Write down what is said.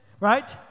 right